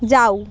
যাও